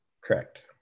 Correct